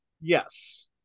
Yes